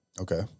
Okay